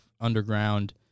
underground